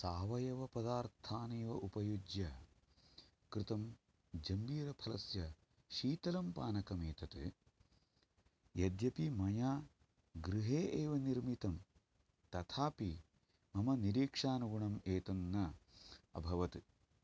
सावयवपदार्थानेव उपयुज्य कृतं जम्बीरफलस्य शीतलं पानकं एतत् यद्यपि मया गृहे एव निर्मितं तथापि मम निरीक्षानुगुणं एतन्न अभवत्